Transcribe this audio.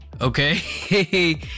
Okay